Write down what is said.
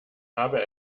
habe